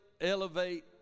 elevate